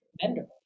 Vendor